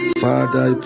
Father